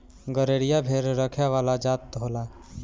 गरेरिया भेड़ रखे वाला जात होला